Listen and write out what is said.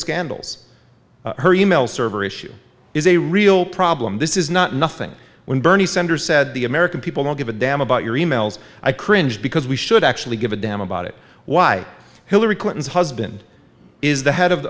scandals her e mail server issue is a real problem this is not nothing when bernie sanders said the american people don't give a damn about your e mails i cringe because we should actually give a damn about it why hillary clinton's husband is the head of